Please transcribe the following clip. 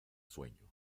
sueño